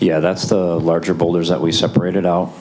yeah that's the larger boulders that we separated out